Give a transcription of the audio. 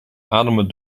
ademen